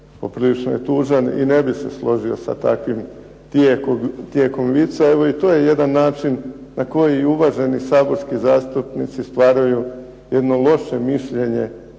poprilično je tužan i ne bih se složio sa takvim tijekom vica. Pa evo i to je jedan način na koji uvaženi saborski zastupnici stvaraju jedno loše mišljenje